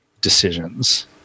decisions